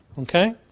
Okay